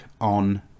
on